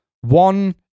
one